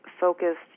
focused